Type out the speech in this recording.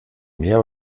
mehr